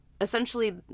Essentially